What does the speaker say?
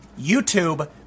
YouTube